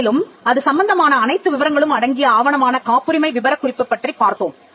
மேலும் அது சம்பந்தமான அனைத்து விபரங்களும் அடங்கிய ஆவணமான காப்புரிமை விபரக்குறிப்பு பற்றிப் பார்த்தோம்